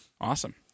Awesome